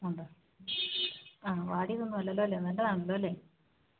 ഉണ്ട് ആ വാടിയതൊന്നും അല്ലല്ലോ അല്ലെ നല്ലതാണല്ലോ അല്ലെ